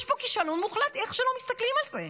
יש פה כישלון מוחלט, איך שלא מסתכלים על זה.